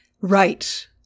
right